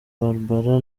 barbara